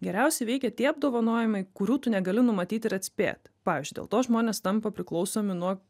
geriausiai veikia tie apdovanojimai kurių tu negali numatyti ir atspėti pavyzdžiui dėl to žmonės tampa priklausomi nuo